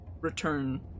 return